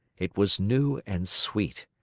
it was new and sweet.